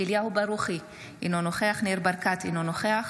אליהו ברוכי, אינו נוכח ניר ברקת, אינו נוכח